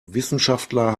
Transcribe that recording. wissenschaftler